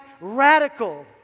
radical